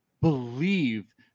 believe